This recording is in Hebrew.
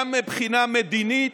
גם מבחינה מדינית,